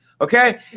okay